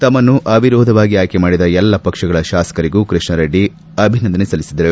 ತಮ್ಮನ್ನು ಅವಿರೋಧವಾಗಿ ಆಯ್ಲೆ ಮಾಡಿದ ಎಲ್ಲಾ ಪಕ್ಷಗಳ ಶಾಸಕರಿಗೂ ಕೃಷ್ಣಾರೆಡ್ಡಿ ಅಭಿವಂದನೆ ಸಲ್ಲಿಸಿದರು